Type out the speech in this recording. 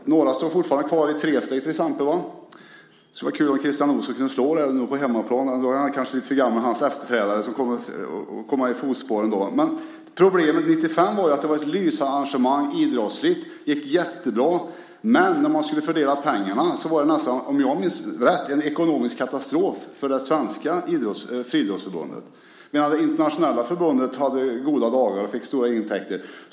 Några står fortfarande kvar, till exempel i tresteg. Det skulle vara kul om Christian Olsson kunde slå det på hemmaplan. Han är kanske lite för gammal då, men hans efterträdare, som kommer att gå i hans fotspår, kanske kan göra det. Men problemet 1995 var att det var ett lysande arrangemang idrottsligt - det gick jättebra - men när man skulle fördela pengarna var det nästan, om jag minns rätt, en ekonomisk katastrof för Svenska Friidrottsförbundet. Samtidigt hade det internationella förbundet goda dagar och fick stora intäkter.